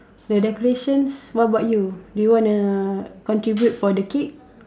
the decorations what about you do you wanna contribute for the cake